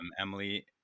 Emily